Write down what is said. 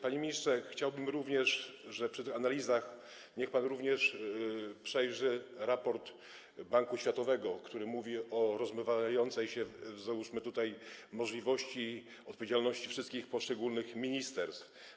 Panie ministrze, chciałbym również, żeby przy tych analizach przejrzał pan także raport Banku Światowego, który mówi o rozmywającej się, załóżmy tutaj, możliwości, odpowiedzialności wszystkich poszczególnych ministerstw.